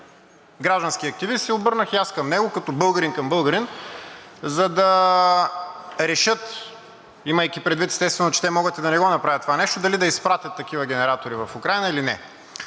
граждански активист, се обърнах и аз към него като българин към българин, за да решат, имайки предвид, естествено, че те могат и да не направят това нещо, дали да изпратят такива генератори в Украйна или не.